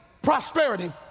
prosperity